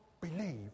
believe